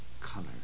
color